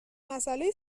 مسئله